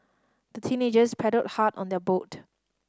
the teenagers paddled hard on their boat